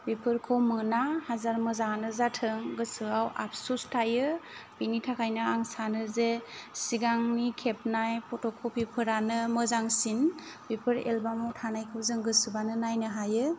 बेफोरखौ मोना हाजार मोजाङानो जाथों गोसोआव आबसुस थायो बेनि थाखायनो आं सानो जे सिगंनि खेबनाय फट' कपि फोरानो मोजांसिन बेफोर एलबाम आव थानायखौ जों गोसो जाबानो नायनो हायो